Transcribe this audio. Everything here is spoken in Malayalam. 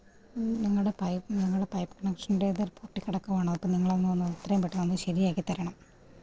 ഞങ്ങളുടെ പൈപ്പ് ഞങ്ങളുടെ പൈപ്പ് കണക്ഷന്റെത് പൊട്ടിക്കിടക്കുവാണ് അപ്പോള് നിങ്ങളങ്ങ് വന്ന് എത്രയും പെട്ടന്നൊന്ന് ശരിയാക്കിത്തരണം